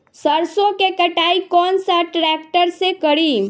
सरसों के कटाई कौन सा ट्रैक्टर से करी?